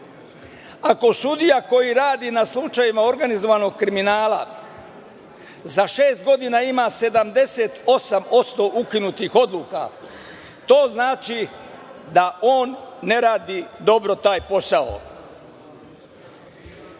"Ako sudija koji radi na slučajevima organizovanog kriminala za šest godina ima 78% ukinutih odluka, to znači da on ne radi dobro taj posao".Osim